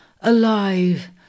Alive